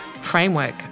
framework